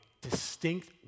distinct